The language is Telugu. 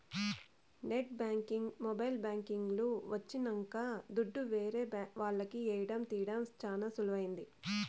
నెట్ బ్యాంకింగ్ మొబైల్ బ్యాంకింగ్ లు వచ్చినంక దుడ్డు ఏరే వాళ్లకి ఏయడం తీయడం చానా సులువైంది